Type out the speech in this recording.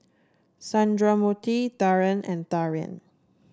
Sundramoorthy Dhyan and Dhyan